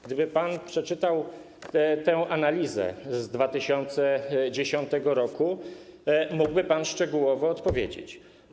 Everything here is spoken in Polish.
Gdyby pan przeczytał tę analizę z 2010 r., mógłby pan szczegółowo odpowiedzieć.